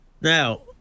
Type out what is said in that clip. Now